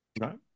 right